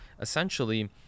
essentially